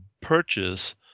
purchase